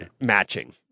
Matching